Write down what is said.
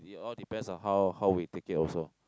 it all depends on how how we take it also